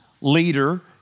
leader